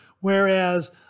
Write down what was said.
Whereas